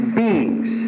beings